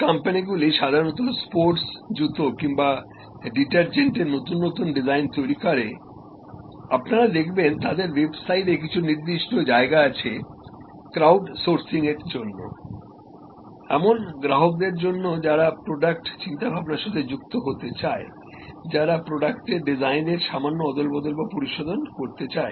যে কোম্পানিগুলি সাধারণত স্পোর্টস জুতো কিংবা ডিটারজেন্টের নতুন নতুন ডিজাইন তৈরি করে আপনারা দেখবেন তাদের ওয়েবসাইটে কিছু নির্দিষ্ট জায়গা আছে ক্রাউডসোর্সিং এর জন্য এমন গ্রাহকদের জন্য যারা প্রডাক্ট চিন্তাভাবনার সাথে যুক্ত হতে চায় যারা প্রোডাক্টের ডিজাইন এর সামান্য অদলবদল বা পরিশোধন করতে চায়